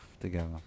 together